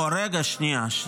רגע, שנייה.